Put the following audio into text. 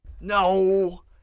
No